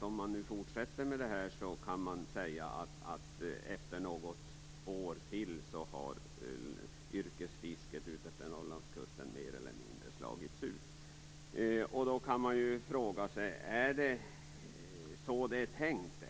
Om man fortsätter med det här kommer yrkesfisket utefter Norrlandskusten om något år mer eller mindre att slås ut. Man kan ju fråga sig om det är så det är tänkt.